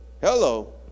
Hello